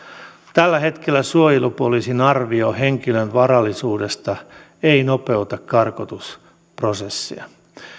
tällä hetkellä suojelupoliisin arvio henkilön vaarallisuudesta ei nopeuta karkotusprosessia